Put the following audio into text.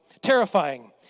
terrifying